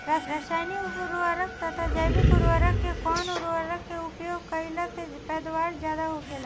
रसायनिक उर्वरक तथा जैविक उर्वरक में कउन उर्वरक के उपयोग कइला से पैदावार ज्यादा होखेला?